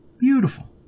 beautiful